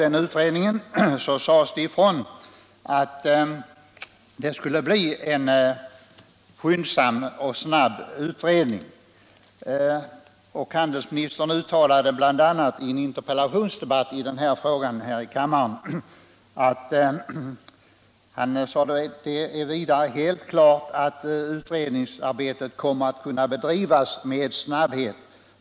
Men det sades också ifrån att det var fråga om ett slopande på prov. ”Jag anser det vidare helt klart att utredningsarbetet kommer att kunna bedrivas med snabbhet.